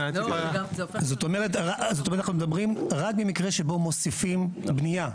זאת אומרת שאנחנו מדברים רק במקרה שבו אנחנו מוסיפים בניה.